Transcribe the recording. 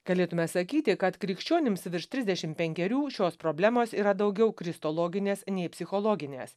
galėtume sakyti kad krikščionims virš trisdešim penkerių šios problemos yra daugiau kristologinės nei psichologinės